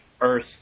Earth